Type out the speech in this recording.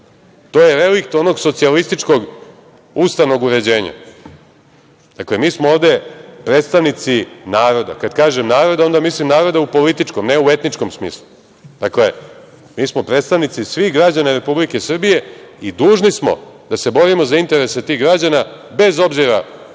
To je relikt onog socijalističkog ustavnog uređenja. Mi smo ovde predstavnici naroda. Kad kažem naroda, onda mislim naroda u političkom, ne u etičkom smislu. Dakle, mi smo predstavnici svih građana Republike Srbije i dužni smo da se borimo za interese tih građana, bez obzira koje